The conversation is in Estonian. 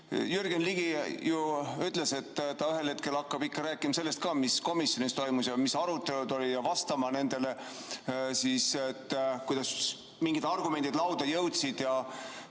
Jürgen Ligi ju ütles, et ta ühel hetkel hakkab ikka rääkima sellest ka, mis komisjonis toimus ja mis arutelud olid, ja vastama, kuidas mingid argumendid lauda jõudsid.